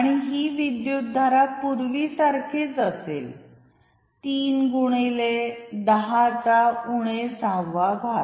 आणि ही विद्युत धारा पूर्वीसारखीच असेल तीन गुणिले दहा चा उणे सहावा घात